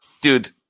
dude